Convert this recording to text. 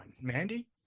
Mandy